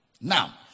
Now